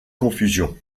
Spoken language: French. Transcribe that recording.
confusion